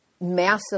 massive